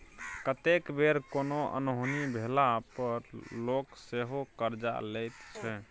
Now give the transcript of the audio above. कतेक बेर कोनो अनहोनी भेला पर लोक सेहो करजा लैत छै